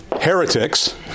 heretics